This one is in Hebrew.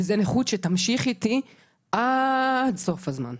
וזאת נכות שתמשיך איתי עד סוף הזמן,